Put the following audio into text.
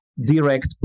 direct